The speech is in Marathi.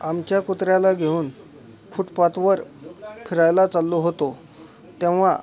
आमच्या कुत्र्याला घेऊन फुटपाथवर फिरायला चाललो होतो तेव्हा